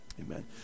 Amen